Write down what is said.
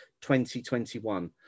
2021